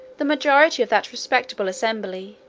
the majority of that respectable assembly,